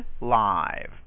live